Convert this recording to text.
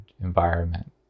environment